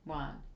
one